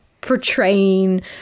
portraying